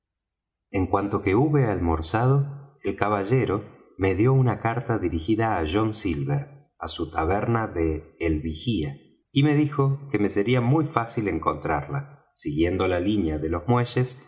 en cuanto que hube almorzado el caballero me dió una carta dirigida á john silver á su taberna de el vigía y me dijo que me sería muy fácil encontrarla siguiendo la línea de los muelles